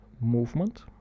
movement